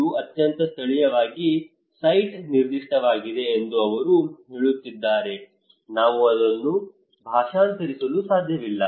ಇದು ಅತ್ಯಂತ ಸ್ಥಳೀಯವಾಗಿ ಸೈಟ್ ನಿರ್ದಿಷ್ಟವಾಗಿದೆ ಎಂದು ಅವರು ಹೇಳುತ್ತಿದ್ದಾರೆ ನಾವು ಅದನ್ನು ಭಾಷಾಂತರಿಸಲು ಸಾಧ್ಯವಿಲ್ಲ